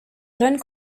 jeune